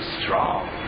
strong